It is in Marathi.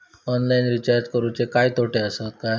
ऑनलाइन रिचार्ज करुचे काय तोटे आसत काय?